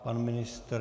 Pan ministr?